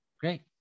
great